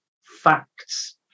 facts